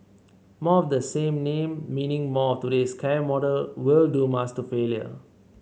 more of the same name meaning more of today's care model will doom us to failure